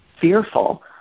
fearful